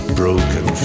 broken